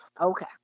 Okay